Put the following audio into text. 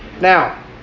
Now